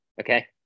Okay